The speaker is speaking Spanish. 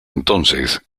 entonces